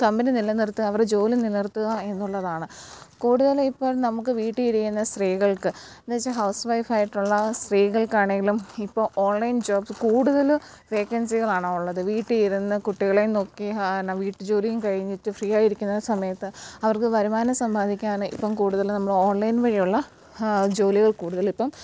company നിലനിർത്തുക അവരുടെ ജോലി നിലനിർത്തുക എന്നുള്ളതാണ് കൂടുതലിപ്പോൾ നമുക്ക് വീട്ടിലിരിക്കുന്ന സ്ത്രീകൾക്ക് എന്നുവെച്ചാൽ ഹൗസ് വൈഫായിട്ടുള്ള സ്ത്രീകൾക്കാണേലും ഇപ്പോൾ ഓൺലൈൻ ജോബ്സ്സ് കൂടുതലും വേക്കൻസികളാണ് ഉള്ളത് വീട്ടിലിരുന്ന് കുട്ടികളെ നോക്കി എന്നാൽ വീട്ടുജോലിയും കഴിഞ്ഞിട്ട് ഫ്രീ ആയി ഇരിക്കുന്ന സമയത്ത് അവർക്ക് വരുമാനം സമ്പാദിക്കാൻ ഇപ്പം കൂടുതലും നമ്മളോൺലൈൻ വഴിയുള്ള ജോലികൾ കൂടുതലിപ്പം